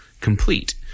complete